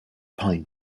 pine